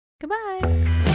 Goodbye